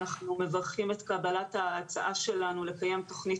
אנחנו מברכים את קבלת ההצעה שלנו לקיים תוכנית